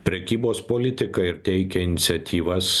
prekybos politiką ir teikia iniciatyvas